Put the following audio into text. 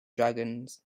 dragons